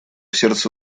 сердце